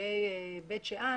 לגבי בית שאן,